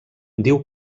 diu